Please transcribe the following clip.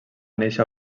néixer